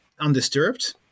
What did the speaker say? undisturbed